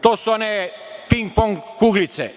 to su one ping-pong kuglice,